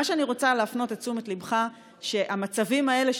אני רוצה להפנות את תשומת ליבך שהמצבים האלה,